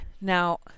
now